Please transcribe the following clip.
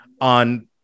on